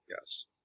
Yes